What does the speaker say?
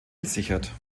gesichert